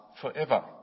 forever